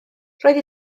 roedd